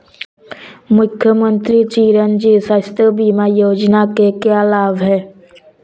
मुख्यमंत्री चिरंजी स्वास्थ्य बीमा योजना के क्या लाभ हैं?